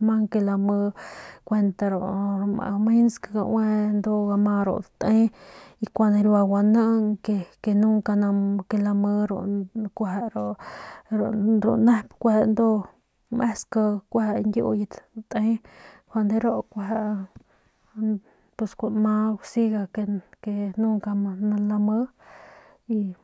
mang ke nami ru mensk gama ru date y kuanariua guanang y nip mjang ke nami ke lami kueje ru nep mesku kueje ñkiuyet te njuande ru ke siga ke nunca ma lami.